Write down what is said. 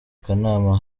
kanama